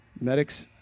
medics